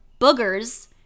boogers